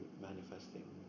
manifesting